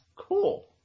Cool